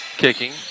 kicking